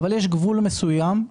יש גבול מסוים,